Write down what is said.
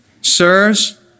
Sirs